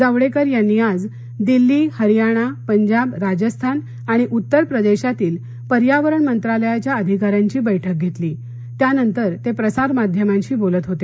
जावडेकर यांनी आज दिल्ली हरयाणा पंजाब राजस्थान आणि उत्तर प्रदेशातील पर्यावरण मंत्रालयाच्या अधिकाऱ्यांची बैठक घेतली त्यानंतर ते प्रसार माध्यमांशी बोलत होते